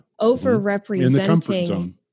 overrepresenting